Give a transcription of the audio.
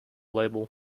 label